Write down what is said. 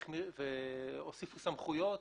הוסיפו סמכויות,